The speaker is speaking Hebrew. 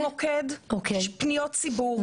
יש לנו מוקד, יש פניות ציבור,